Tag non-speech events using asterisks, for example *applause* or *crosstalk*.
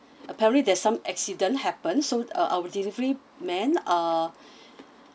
apparently there's some accident happened so uh our delivery man uh *breath*